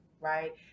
right